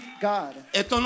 God